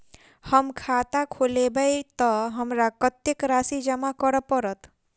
हम खाता खोलेबै तऽ हमरा कत्तेक राशि जमा करऽ पड़त?